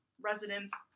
residents